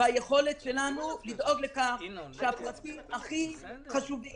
ביכולת שלנו לדאוג לכך שהפרטים הכי חשובים